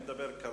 כרגע אני מדבר על